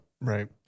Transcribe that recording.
Right